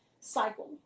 cycle